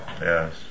Yes